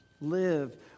Live